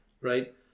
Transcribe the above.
Right